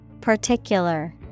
Particular